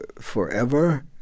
forever